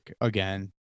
again